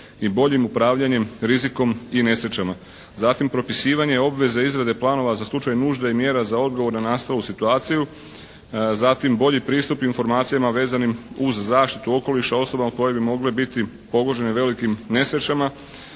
i boljim upravljanjem rizikom i nesrećama. Zatim propisivanje obveze izrade planova za slučaj nužde i mjera za odgovor na nastalu situaciju. Zatim bolji pristup informacijama vezanim uz zaštitu okoliša osobama koje bi mogle biti pogođene velikim nesrećama.